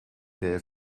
der